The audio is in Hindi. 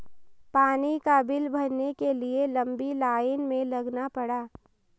पानी का बिल भरने के लिए लंबी लाईन में लगना पड़ा